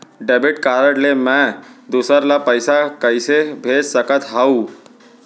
Debit card ले मैं दूसर ला पइसा कइसे भेज सकत हओं?